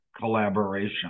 collaboration